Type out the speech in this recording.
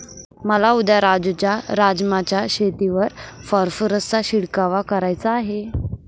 मला उद्या राजू च्या राजमा च्या शेतीवर फॉस्फरसचा शिडकाव करायचा आहे